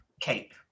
Cape